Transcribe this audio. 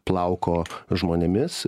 plauko žmonėmis